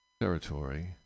territory